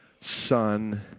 Son